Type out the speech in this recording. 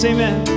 Amen